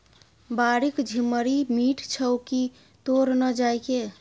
बाड़ीक छिम्मड़ि मीठ छौ की तोड़ न जायके